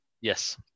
Yes